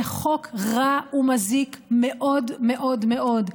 זה חוק רע ומזיק מאוד מאוד מאוד.